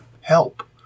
help